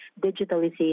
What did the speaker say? digitalization